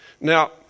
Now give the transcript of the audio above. Now